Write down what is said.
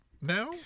now